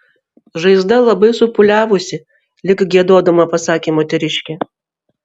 žaizda labai supūliavusi lyg giedodama pasakė moteriškė